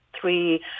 three